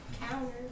counter